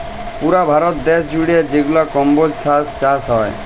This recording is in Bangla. পুরা ভারত দ্যাশ জুইড়ে যেগলা কম্বজ চাষ হ্যয়